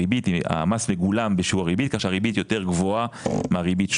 המס יגולם בשיעור הריבית כך שהריבית יותר גבוהה מהריבית.